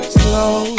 slow